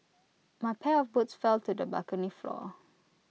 my pair of boots fell to the balcony floor